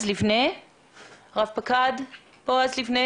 רב-פקד בועז ליבנה